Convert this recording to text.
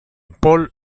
paul